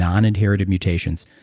non-inherited mutations.